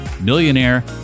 Millionaire